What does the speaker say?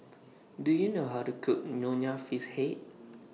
Do YOU know How to Cook Nonya Fish Head